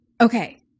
okay